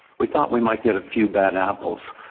we thought we might get a few bad apples,